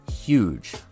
huge